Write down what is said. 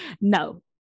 no